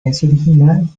original